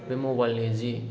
बे मबाइल नि जि